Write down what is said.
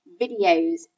videos